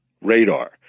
radar